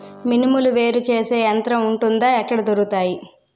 మినుములు వేరు చేసే యంత్రం వుంటుందా? ఎక్కడ దొరుకుతాయి?